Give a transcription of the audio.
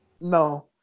No